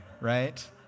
right